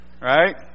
Right